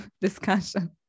discussion